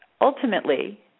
ultimately